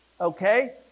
okay